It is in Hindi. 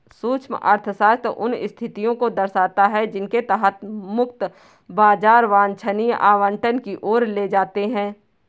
सूक्ष्म अर्थशास्त्र उन स्थितियों को दर्शाता है जिनके तहत मुक्त बाजार वांछनीय आवंटन की ओर ले जाते हैं